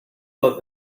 but